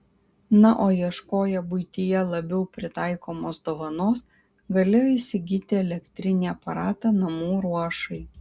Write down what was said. na o ieškoję buityje labiau pritaikomos dovanos galėjo įsigyti elektrinį aparatą namų ruošai